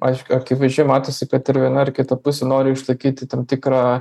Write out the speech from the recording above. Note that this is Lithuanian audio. aišku akivaizdžiai matosi kad ir viena ir kita pusė nori išlaikyti tam tikrą